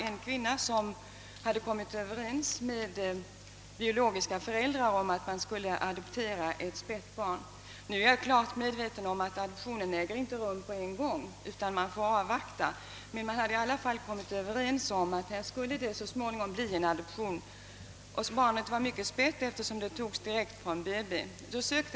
En kvinna hade kommit överens med biologiska föräldrar att hon skulle adoptera ett spädbarn. En adoption äger ju inte rum på en gång, utan man får avvakta, men man hade kommit överens om att adoption skulle ske så småningom. Barnet var mycket spätt, eftersom det togs direkt från BB.